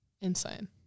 insane